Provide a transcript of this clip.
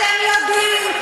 אתם יודעים.